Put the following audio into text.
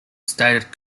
stated